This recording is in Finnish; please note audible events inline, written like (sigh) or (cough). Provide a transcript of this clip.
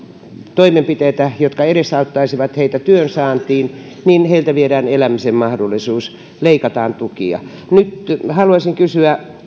toimenpiteitä jotka edesauttaisivat heitä työnsaantiin heiltä viedään elämisen mahdollisuus leikataan tukia nyt haluaisin kysyä (unintelligible)